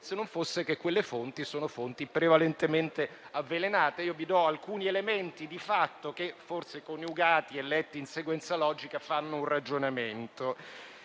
se non fosse che quelle fonti sono prevalentemente "avvelenate". Vi fornisco alcuni elementi di fatto che forse, coniugati e letti in sequenza logica, fanno un ragionamento: